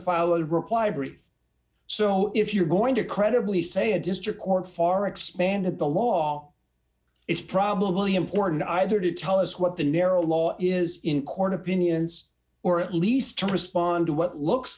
brief so if you're going to credibly say a district court far expanded the law it's probably important either to tell us what the narrow law is in court opinions or at least to respond to what looks